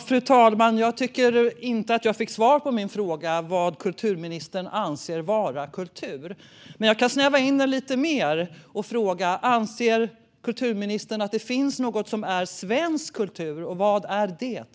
Fru talman! Jag tycker inte att jag fick svar på min fråga vad kulturministern anser vara kultur. Jag kan snäva in lite mer: Anser kulturministern att det finns något som är svensk kultur, och vad är det?